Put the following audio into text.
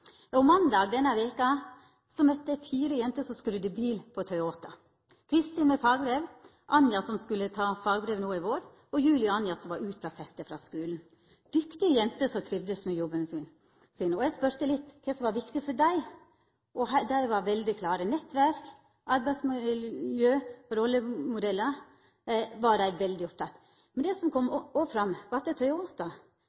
rollemodellar. Måndag denne veka møtte eg fire jenter som skrudde bil på Toyota. Kristin med fagbrev, Anja som skulle ta fagbrev no i vår, og Julie og Anja som var utplasserte frå skulen – dyktige jenter som trivst med jobben sin. Eg spurde litt om kva som var viktig for dei, og dei var veldig klare: Nettverk, arbeidsmiljø og rollemodellar var dei veldig opptekne av. Men det som òg kom